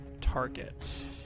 target